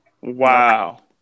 Wow